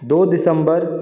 दो दिसम्बर